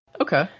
Okay